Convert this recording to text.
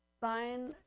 sign